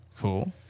Cool